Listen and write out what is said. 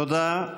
תודה.